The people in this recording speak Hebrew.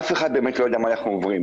אף אחד באמת לא יודע מה אנחנו עוברים,